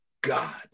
God